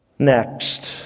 Next